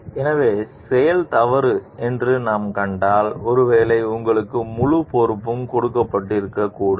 எனவே செயல் தவறு என்று நாம் கண்டால் ஒருவேளை உங்களுக்கு முழுப் பொறுப்பும் கொடுக்கப்பட்டிருக்கக் கூடாது